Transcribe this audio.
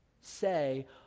say